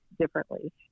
differently